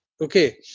okay